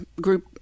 group